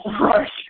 Right